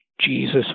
Jesus